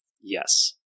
Yes